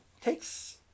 takes